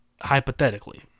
Hypothetically